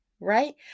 right